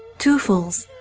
two foals,